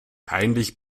peinlich